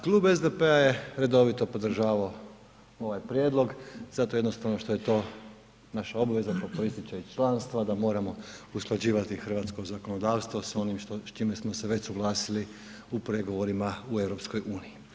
Klub SDP-a je redovito podržavao ovaj prijedlog zato jednostavno što je to naša obveza koja proističe iz članstva da moramo usklađivati hrvatsko zakonodavstvo s onim s čime smo se već suglasili u pregovorima u EU.